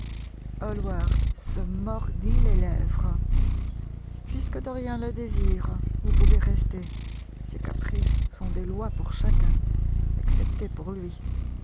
hallward se mordit les lèvres puisque dorian le désire vous pouvez rester ses caprices sont des lois pour chacun excepté pour lui